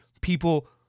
people